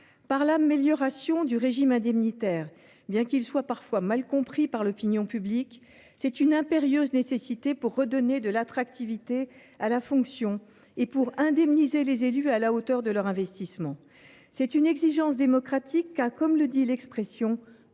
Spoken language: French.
par l’amélioration du régime indemnitaire, lequel est parfois mal compris par l’opinion publique. Il s’agit d’une impérieuse nécessité pour redonner de l’attractivité à la fonction et pour « indemniser » les élus à la hauteur de leur investissement. C’est une exigence démocratique, car, comme le dit l’expression,